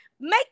Make